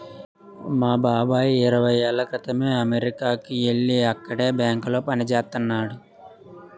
మా బాబాయి ఇరవై ఏళ్ళ క్రితమే అమెరికాకి యెల్లి అక్కడే బ్యాంకులో పనిజేత్తన్నాడు